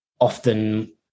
often